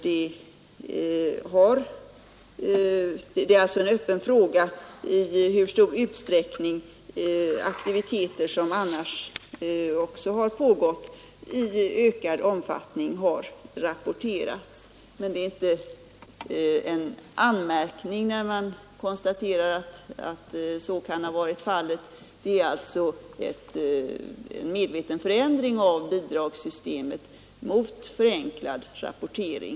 Det är alltså en öppen fråga i hur stor utsträckning aktiviteter som har pågått också tidigare nu har rapporterats i ökad om fattning. Det är inte en anmärkning, när man konstaterar att så kan ha varit fallet, utan det har gjorts en medveten förändring av bidragssystemet mot förenklad rapportering.